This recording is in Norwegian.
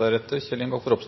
Brochmann-utvalgets rapport er